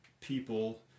people